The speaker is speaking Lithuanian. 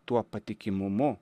tuo patikimumu